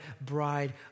bride